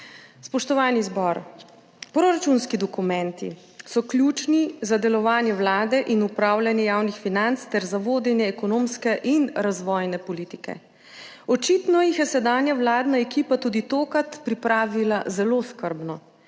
Spoštovani zbor! Proračunski dokumenti so ključni za delovanje Vlade in upravljanje javnih financ ter za vodenje ekonomske in razvojne politike. Očitno jih je sedanja vladna ekipa tudi tokrat pripravila zelo skrbno